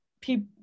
people